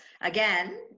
again